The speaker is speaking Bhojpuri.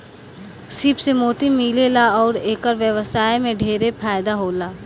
सीप से मोती मिलेला अउर एकर व्यवसाय में ढेरे फायदा होला